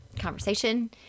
conversation